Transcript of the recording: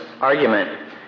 argument